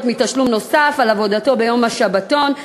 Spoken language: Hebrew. מתשלום נוסף על עבודתו ביום השבתון.